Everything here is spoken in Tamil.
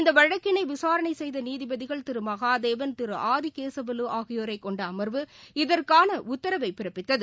இந்தவழக்கினைவிசாரணைசெய்தநீதிபதிகள் திருமகாதேவன் திருஆதிகேசவலுஆகியோரைக் கொண்டஅமா்வு இன்று இதற்கானஉத்தரவைபிறப்பித்தது